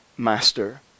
master